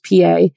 PA